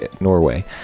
Norway